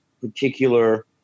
particular